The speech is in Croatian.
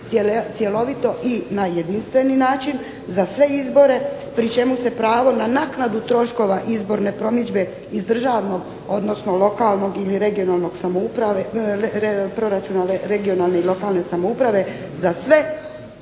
cjelovito i na jedinstveni način, za sve izbore pri čemu se pravo na naknadu troškova izborne promidžbe iz državnog odnosno lokalnog ili regionalnog, proračuna lokalne i regionalne samouprave, za sve